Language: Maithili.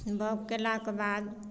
बाउग केलाके बाद